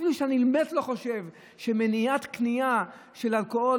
אפילו שאני באמת לא חושב שמניעת קנייה של אלכוהול